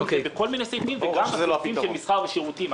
בכל מיני סעיפים וגם בסעיפים של מסחר ושירותים.